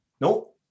no